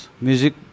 Music